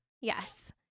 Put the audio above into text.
Yes